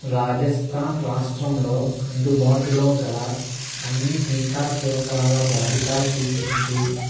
రాజస్థాన్ రాష్ట్రంలో అందుబాటులోగల అన్ని టీకా కేంద్రాల జాబితా చూపించు